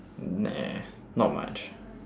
nah not much